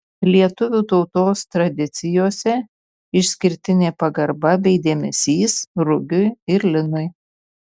lietuvių tautos tradicijose išskirtinė pagarba bei dėmesys rugiui ir linui